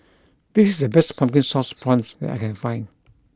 this is the best pumpkin sauce prawns that I can find